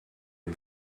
and